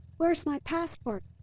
where's my passport?